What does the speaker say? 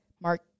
Mark